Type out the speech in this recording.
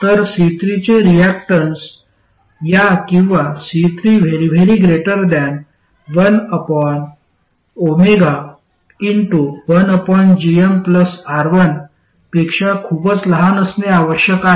तर C3 चे reactance या किंवा C3 1ωR1 पेक्षा खूपच लहान असणे आवश्यक आहे